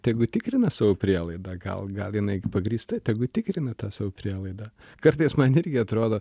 tegu tikrina savo prielaidą gal gal jinai pagrįsta tegu tikrina tą savo prielaidą kartais man irgi atrodo